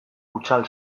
hutsal